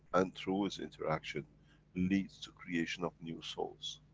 and through it's interaction leads to creation of new souls.